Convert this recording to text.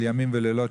של ימים ולילות,